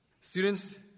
Students